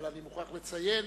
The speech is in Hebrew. אבל אני מוכרח לציין